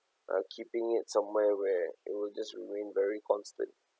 uh keeping it somewhere where it'll just remain very constant